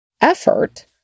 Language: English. Effort